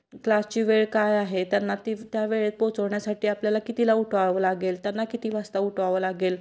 क्लासची वेळ काय आहे त्यांना ती त्या वेळेत पोचवण्यासाठी आपल्याला कितीला उठवावं लागेल त्यांना किती वाजता उठवावं लागेल